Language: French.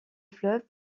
fleuve